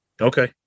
Okay